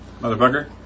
motherfucker